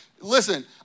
Listen